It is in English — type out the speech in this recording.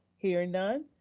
hearing none.